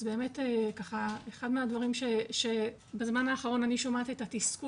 אז באמת ככה אחד מהדברים שבזמן האחרון אני שומעת את התסכול